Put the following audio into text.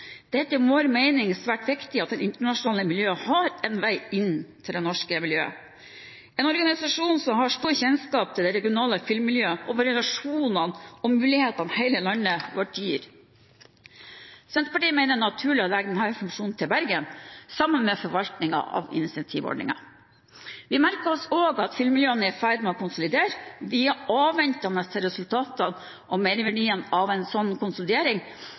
er etter vår mening svært viktig at det internasjonale miljøet har en vei inn til det norske miljøet og en organisasjon som har stor kjennskap til det regionale filmmiljøet og variasjonene og mulighetene hele landet vårt gir. Senterpartiet mener det er naturlig å legge denne funksjonen til Bergen, sammen med forvaltningen av incentivordningen. Vi merker oss også at filmmiljøene er i ferd med å konsolidere. Vi er avventende til resultatene og merverdien av en slik konsolidering,